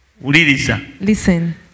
Listen